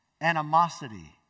animosity